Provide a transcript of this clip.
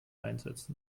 einsetzen